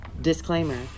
Disclaimer